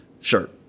shirt